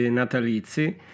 natalizi